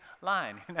line